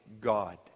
God